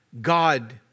God